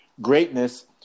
greatness